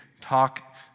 Talk